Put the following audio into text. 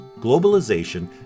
Globalization